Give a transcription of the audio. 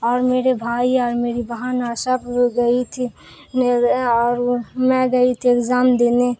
اور میرے بھائی اور میری بہن اور سب وہ گئی تھی اور میں گئی تھی ایگزام دینے